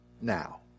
now